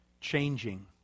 changing